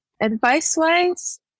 Advice-wise